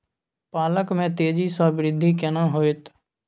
पालक में तेजी स वृद्धि केना होयत?